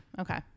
Okay